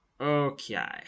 Okay